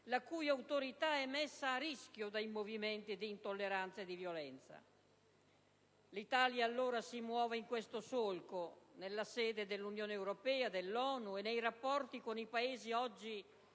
la cui autorità è messa a rischio dai movimenti di intolleranza e di violenza. L'Italia, allora, si muova in questo solco all'interno dell'Unione europea, nell'ONU e nei rapporti con i Paesi oggi